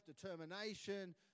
determination